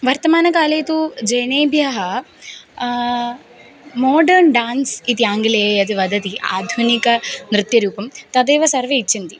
वर्तमानकाले तु जनेभ्यः माडर्न् डान्स् इति आङ्ग्ले यद् वदति आधुनिक नृत्यरूपं तदेव सर्वे इच्छन्ति